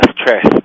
stress